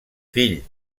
fill